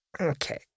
Okay